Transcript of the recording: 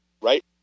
right